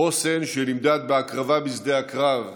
חוסן שנמדד בהקרבה בשדה הקרב,